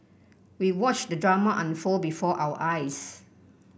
we watched the drama unfold before our eyes